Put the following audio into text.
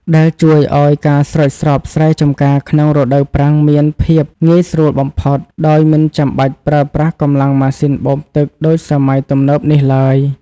ដែលជួយឱ្យការស្រោចស្រពស្រែចម្ការក្នុងរដូវប្រាំងមានភាពងាយស្រួលបំផុត ដោយមិនចាំបាច់ប្រើប្រាស់កម្លាំងម៉ាស៊ីនបូមទឹកដូចសម័យទំនើបនេះឡើយ។